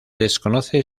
desconoce